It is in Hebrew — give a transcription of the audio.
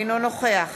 אינו נוכח